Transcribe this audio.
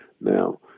now